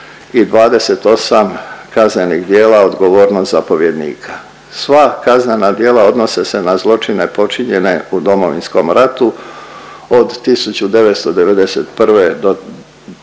28 kaznenih djela odgovornost zapovjednika. Sva kaznena djela odnose se na zločine počinjene u Domovinskom ratu od 1991. do